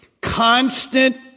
constant